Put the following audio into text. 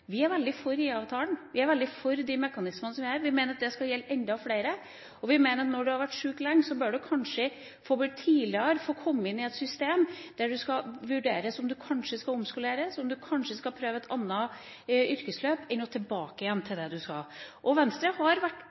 Vi er veldig for IA-avtalen. Vi er for de mekanismene som er der, og vi mener at de skal gjelde enda flere. Vi mener at når en har vært syk lenge, bør en kanskje komme tidligere inn i et system hvor det skal vurderes om en kanskje skal omskoleres eller kanskje prøve et annet yrkesløp, i stedet for å gå tilbake der en var. Venstre har vært